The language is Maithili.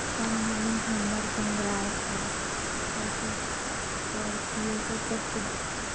कम नमी हमर गंगराय आ सरसो पर की असर करतै?